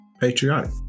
patriotic